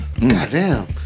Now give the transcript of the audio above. goddamn